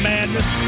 madness